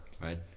right